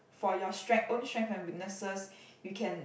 for your strength own strength and weaknesses you can